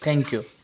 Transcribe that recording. thank you